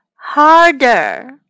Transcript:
harder